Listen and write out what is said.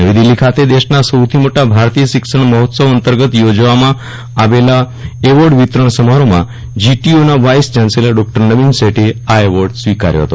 નવી દિલ્હી ખાતે દેશના સૌથી મોટા ભારતીય શિક્ષણ મહોત્સવ અંતર્ગત યોજવામાં આવેલા એવોર્ડ વિતરણ સમારોહમાં જીટીયુના વાઇસ ચાન્સેલર ડોક્ટર નવીન શેઠે આ એવોર્ડ સ્વીકાર્યો હતો